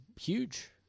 huge